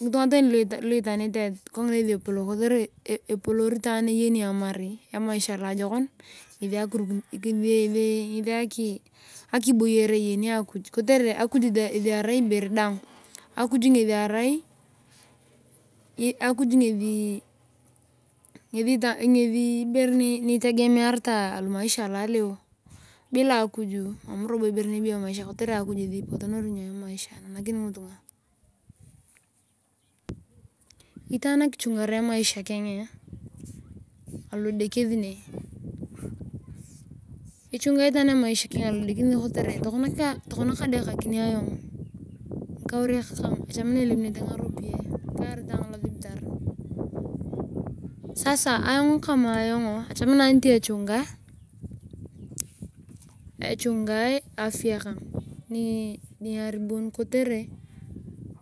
Ngutunga tani lu itnete esi kongina ngesi epoolor itaani emaisha luajokon ngesi akiboyore iyeni akiy kotere akiy ngesi arai nitegemiaritae alamaisha aloleo bila aliyu mam lobo ibere niebeyo emaisha kotere akiy ipotonori emaisha einanakini ngitungaa. Itaan akichungare emaisha keng alodekesinei kotere tokona kadokakin ayong ngikaurek kang echamakina elemuneto ngaropiyae kayareta ayong losibitar. Sasa echamakinga ayong niti echungae afya kana ruaribun kotere